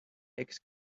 eks